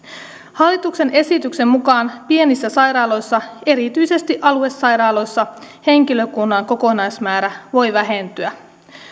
hallituksen esityksen mukaan pienissä sairaaloissa erityisesti aluesairaaloissa henkilökunnan kokonaismäärä voi vähentyä